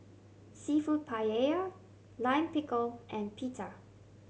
Seafood Paella Lime Pickle and Pita